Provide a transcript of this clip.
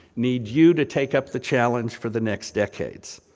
need you to take up the challenge for the next decades,